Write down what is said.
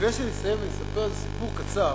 לפני שאני אסיים אני אספר איזה סיפור קצר.